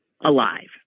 alive